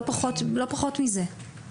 לא פחות מזה.